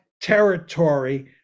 territory